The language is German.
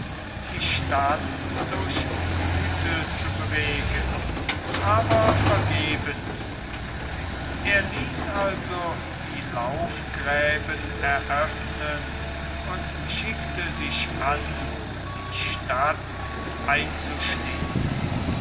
die stadt durch güte zu bewegen aber vergebens er ließ also die laufgräben eröffnen und schickte sich an die stadt einzuschließen